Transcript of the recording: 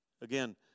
Again